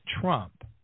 Trump